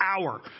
hour